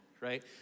right